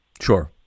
Sure